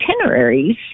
itineraries